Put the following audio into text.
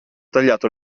tagliato